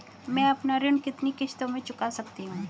मैं अपना ऋण कितनी किश्तों में चुका सकती हूँ?